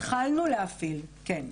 התחלנו להפעיל, כן.